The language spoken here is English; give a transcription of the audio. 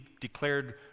declared